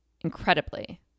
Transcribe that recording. incredibly